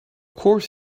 course